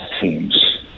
teams